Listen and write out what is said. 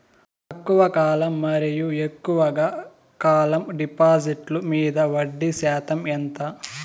తక్కువ కాలం మరియు ఎక్కువగా కాలం డిపాజిట్లు మీద వడ్డీ శాతం ఎంత?